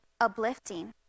uplifting